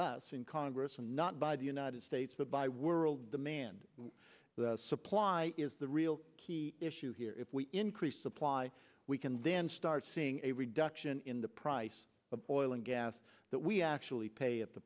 us in congress and not by the united states but by world demand that supply is the real key issue here if we increase supply we can then start seeing a reduction in the price of oil and gas that we actually pay at the